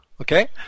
okay